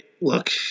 look